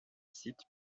site